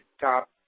top